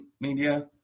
media